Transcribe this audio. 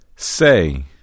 Say